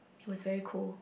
it was very cool